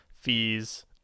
fees